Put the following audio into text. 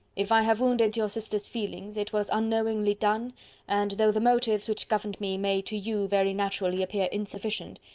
if i have wounded your sister's feelings, it was unknowingly done and though the motives which governed me may to you very naturally appear insufficient,